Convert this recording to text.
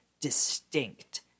distinct